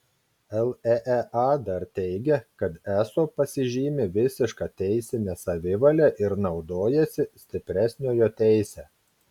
leea dar teigia kad eso pasižymi visiška teisine savivale ir naudojasi stipresniojo teise